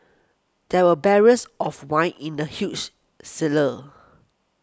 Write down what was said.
there were barrels of wine in the huge cellar